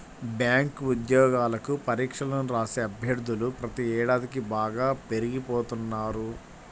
bank ఉద్యోగాలకు పరీక్షలను రాసే అభ్యర్థులు ప్రతి ఏడాదికీ బాగా పెరిగిపోతున్నారు